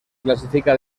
clasifica